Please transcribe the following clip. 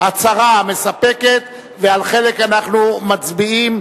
ההצהרה מספקת ועל חלק אנחנו מצביעים,